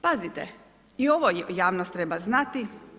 Pazite i ovo javnost treba znati.